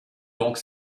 donc